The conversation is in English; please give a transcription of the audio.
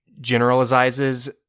generalizes